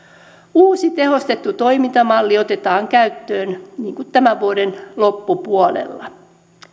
uusi tehostettu toimintamalli otetaan käyttöön tämän vuoden loppupuolella